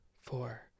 four